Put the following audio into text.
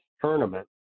tournament